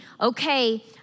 okay